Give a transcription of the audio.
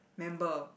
member